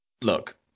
Look